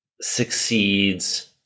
succeeds